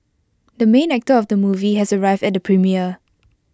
the main actor of the movie has arrived at the premiere